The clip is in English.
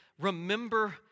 remember